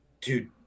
dude